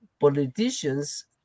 politicians